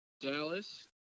Dallas